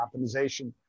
optimization